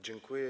Dziękuję.